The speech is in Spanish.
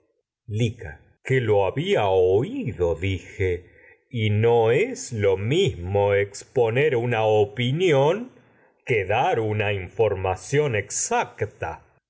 lica que lo había oído dije y no es lo mismo ex poner una opinión que dar una información exacta